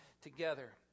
together